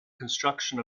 construction